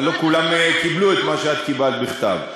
אבל לא כולם קיבלו את מה שאת קיבלת בכתב.